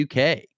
UK